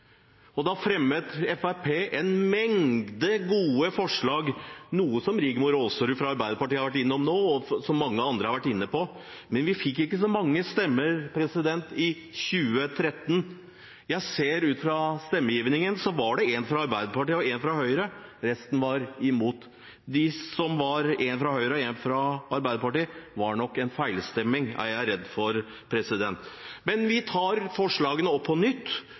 Og da fremmet Fremskrittspartiet en mengde gode forslag – noe som Rigmor Aasrud, fra Arbeiderpartiet, har vært innom nå, og som mange andre har vært inne på. Men vi fikk ikke så mange stemmer i 2013. Jeg ser at det ut fra stemmegivningen var én fra Arbeiderpartiet og én fra Høyre – resten var imot. De som var den ene fra Høyre og den ene fra Arbeiderpartiet, var nok en feilstemming, er jeg redd for. Men vi tar forslagene opp på nytt.